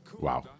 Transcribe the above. Wow